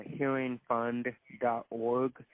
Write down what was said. hearingfund.org